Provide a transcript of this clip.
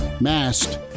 masked